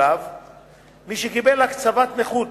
מי שקיבל קצבת נכות